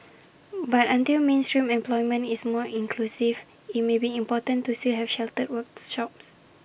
but until mainstream employment is more inclusive IT may be important to see have sheltered workshops